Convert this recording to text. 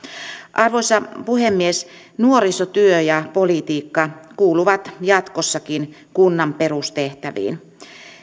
arvoisa puhemies nuorisotyö ja politiikka kuuluvat jatkossakin kunnan perustehtäviin